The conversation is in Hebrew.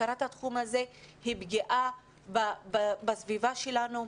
הפקרת התחום הזה היא פגיעה בסביבה שלנו,